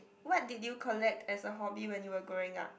what did you collect as a hobby when you were growing up